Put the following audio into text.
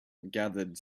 gathered